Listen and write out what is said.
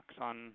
on